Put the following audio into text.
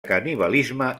canibalisme